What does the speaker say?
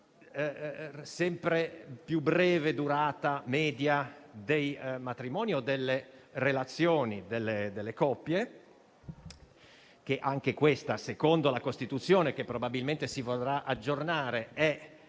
sempre più breve durata media dei matrimoni o delle relazioni di coppia (anche questo, a seconda della Costituzione, che probabilmente si vorrà aggiornare, è